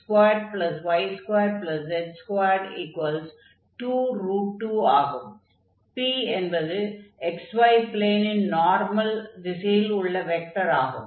p என்பது x y ப்ளேனின் normal திசையில் உள்ள வெக்டர் ஆகும்